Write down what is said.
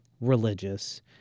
religious